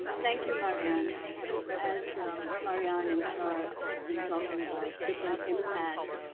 um thank you marianne. and as um marianne and shar have been talking about different impacts,